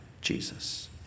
Jesus